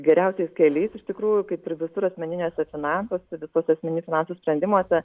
geriausiais keliais iš tikrųjų kaip ir visur asmeniniuose finansuose visuose asmeninių finansų sprendimuose